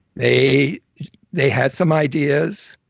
they they had some ideas,